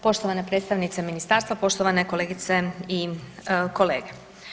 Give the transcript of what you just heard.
Poštovana predstavnice ministarstva, poštovane kolegice i kolege.